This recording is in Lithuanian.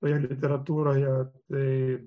ir literatūroje tai